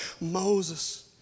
Moses